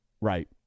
right